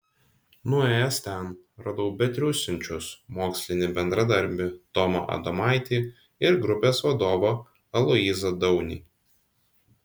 nuėjęs ten radau betriūsiančius mokslinį bendradarbį tomą adomaitį ir grupės vadovą aloyzą daunį